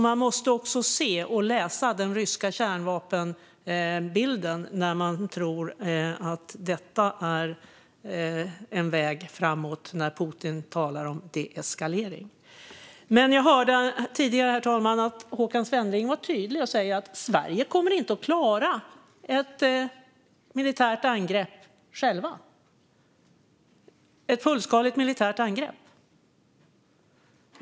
Man måste alltså se, och läsa av, den ryska kärnvapenbilden om man tror att det är en väg framåt när Putin talar deeskalering. Jag hörde tidigare att Håkan Svenneling var tydlig med att Sverige inte kommer att klara ett fullskaligt militärt angrepp själva, herr talman.